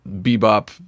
bebop